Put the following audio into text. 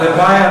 הלוואי,